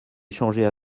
échanger